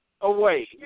away